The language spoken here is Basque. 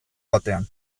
batean